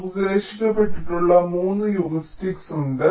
നിർദ്ദേശിക്കപ്പെട്ടിട്ടുള്ള 3 heuristics ഉണ്ട്